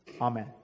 Amen